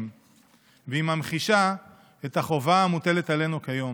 והיא ממחישה את החובה המוטלת עלינו כיום,